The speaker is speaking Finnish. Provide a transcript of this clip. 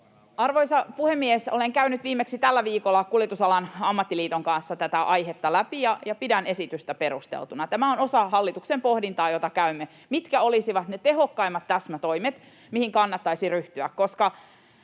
Arvoisa puhemies! Olen käynyt viimeksi tällä viikolla kuljetusalan ammattiliiton kanssa tätä aihetta läpi ja pidän esitystä perusteltuna. Tämä on osa hallituksen pohdintaa, jota käymme, mitkä olisivat ne tehokkaimmat täsmätoimet, mihin kannattaisi ryhtyä,